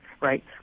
right